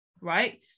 right